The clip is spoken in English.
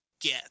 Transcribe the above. get